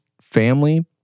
family